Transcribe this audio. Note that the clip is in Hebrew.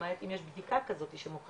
למעט אם יש בדיקה כזאת שמוכיחה,